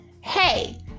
hey